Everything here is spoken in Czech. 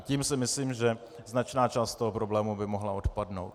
Tím si myslím, že značná část toho problému by mohla odpadnout.